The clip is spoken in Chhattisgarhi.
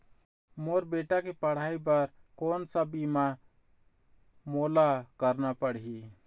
मोर बेटा के पढ़ई बर कोन सा बीमा मोला करना पढ़ही?